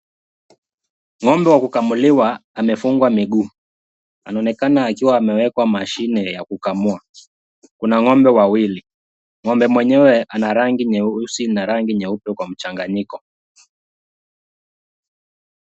Ng'ombe wa kukamuliwa amefungwa miguu, anaonekana akiwa amewekwa mashine ya kukamua . Kuna ng'ombe wawili. Ng'ombe mwenyewe ana rangi nyeusi na rangi nyeupe kwa mchanganyiko .